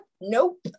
nope